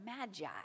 magi